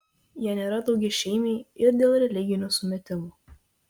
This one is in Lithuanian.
jie nėra daugiašeimiai ir dėl religinių sumetimų